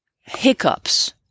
hiccups